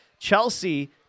Chelsea